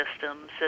systems